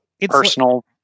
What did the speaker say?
personal